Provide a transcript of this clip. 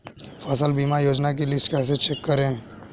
फसल बीमा योजना की लिस्ट कैसे चेक करें?